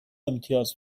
امتیاز